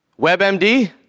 WebMD